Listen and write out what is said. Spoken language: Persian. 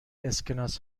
اسکناس